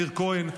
מאיר כהן,